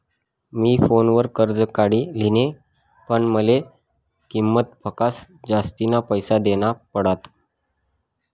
मी फोनवर कर्ज काढी लिन्ह, पण माले किंमत पक्सा जास्तीना पैसा देना पडात